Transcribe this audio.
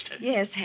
Yes